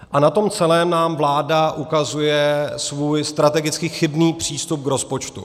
A na tom celém nám vláda ukazuje svůj strategicky chybný přístup k rozpočtu.